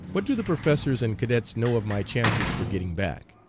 what do the professors and cadets know of my chances for getting back,